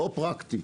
לא פרקטי.